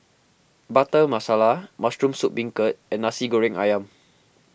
Butter Masala Mushroom Soup Beancurd and Nasi Goreng Ayam